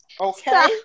Okay